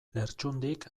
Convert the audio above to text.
lertxundik